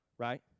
Right